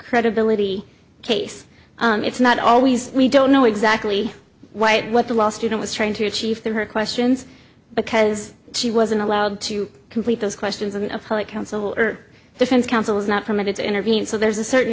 credibility case it's not always we don't know exactly why and what the law student was trying to achieve through her questions because she wasn't allowed to complete those questions and of her it counsel or defense counsel was not permitted to intervene so there's a certain